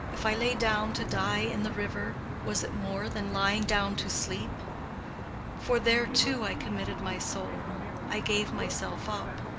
if i lay down to die in the river, was it more than lying down to sleep for there too i committed my soul i gave myself up.